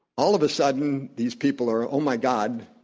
all of a sudden these people are, oh, my god,